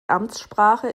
amtssprache